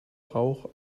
rauch